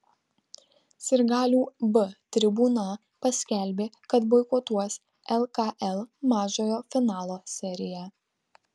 sirgalių b tribūna paskelbė kad boikotuos lkl mažojo finalo seriją